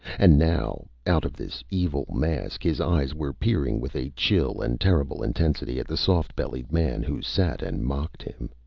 and now, out of this evil mask, his eyes were peering with a chill and terrible intensity at the soft-bellied man who sat and mocked him.